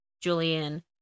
Julian